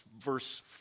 verse